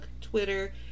twitter